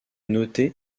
noté